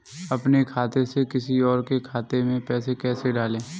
अपने खाते से किसी और के खाते में पैसे कैसे डालें?